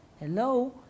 Hello